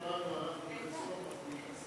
מתחשבים בנו.